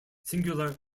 singular